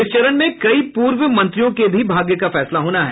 इस चरण में कई पूर्व मंत्रियों के भी भाग्य का फैसला होना है